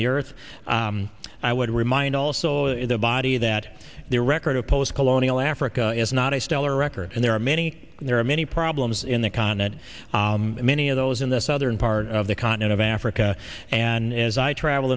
the earth i would remind all soul in the body that their record of post colonial africa is not a stellar record and there are many there are many problems in the continent many of those in the southern part of the continent of africa and as i travel